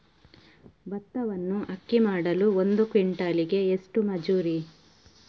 ಭತ್ತವನ್ನು ಅಕ್ಕಿ ಮಾಡಲು ಒಂದು ಕ್ವಿಂಟಾಲಿಗೆ ಎಷ್ಟು ಮಜೂರಿ?